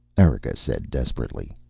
erika said desperately.